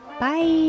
Bye